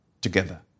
together